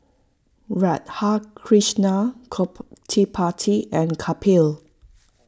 Radhakrishnan Gottipati and Kapil